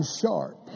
sharp